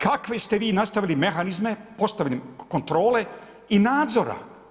Kakvi ste vi nastavili mehanizme, postavili kontrole i nadzora.